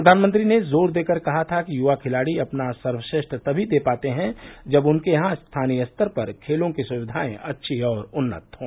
प्रधानमंत्री ने जोर देकर कहा था कि युवा खिलाड़ी अपना सर्वश्रेष्ठ तभी दे पाते हैं जब उनके यहां स्थानीय स्तर पर खेलों की सुविधाएं अच्छी और उन्नत हों